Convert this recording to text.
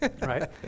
Right